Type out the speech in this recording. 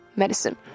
，medicine 。